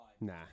Nah